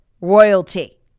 Royalty